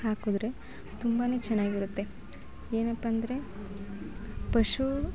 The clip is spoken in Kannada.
ಹಾಕಿದ್ರೆ ತುಂಬನೇ ಚೆನ್ನಾಗಿರುತ್ತೆ ಏನಪ್ಪಾಂದ್ರೆ ಪಶು